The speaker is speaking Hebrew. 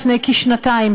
לפני כשנתיים,